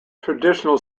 traditional